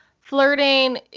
flirting